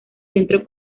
centro